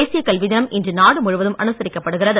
தேசிய கல்வி தினம் இன்று நாடு முழுவதும் அனுசரிக்கப்படுகிறது